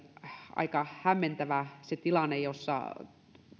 aika hämmentävä se tilanne jossa